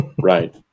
Right